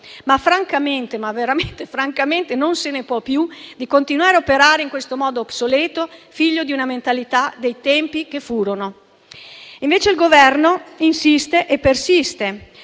Ma francamente, veramente francamente, non se ne può più di continuare a operare in questo modo obsoleto, figlio di una mentalità dei tempi che furono. Invece il Governo insiste e persiste.